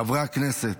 חברי הכנסת,